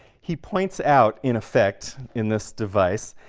he points out, in effect, in this device,